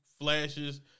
flashes